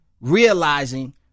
realizing